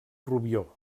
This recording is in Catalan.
rubió